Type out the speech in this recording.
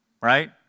right